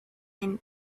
and